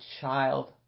child